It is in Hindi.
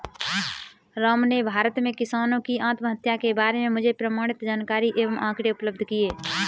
राम ने भारत में किसानों की आत्महत्या के बारे में मुझे प्रमाणित जानकारी एवं आंकड़े उपलब्ध किये